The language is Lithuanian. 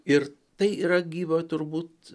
ir tai yra gyva turbūt